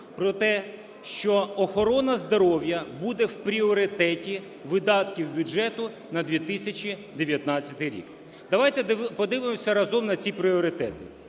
про те, що охорона здоров'я буде в пріоритеті видатків бюджету на 2019 рік. Давайте подивимося разом на ці пріоритети.